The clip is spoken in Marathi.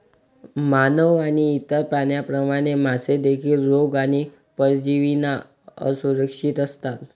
मानव आणि इतर प्राण्यांप्रमाणे, मासे देखील रोग आणि परजीवींना असुरक्षित असतात